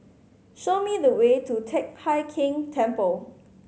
show me the way to Teck Hai Keng Temple